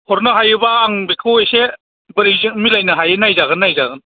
हरनो हायोबा आं बेखौ एसे बोरैजों मिलायनो हायो नायजागोन नायजागोन